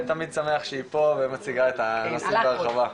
אני תמיד שמח שהיא פה ומציגה את הנושא בהרחבה.